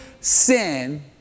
sin